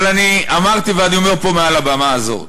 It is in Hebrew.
אבל אני אמרתי ואני אומר פה מעל הבמה הזאת: